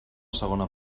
segona